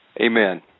Amen